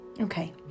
Okay